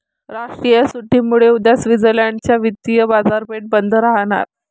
राष्ट्रीय सुट्टीमुळे उद्या स्वित्झर्लंड च्या वित्तीय बाजारपेठा बंद राहणार